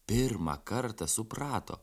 pirmą kartą suprato